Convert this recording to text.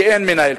כי אין מנהל,